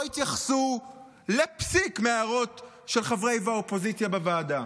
לא התייחסו לפסיק מההערות של חברי האופוזיציה בוועדה,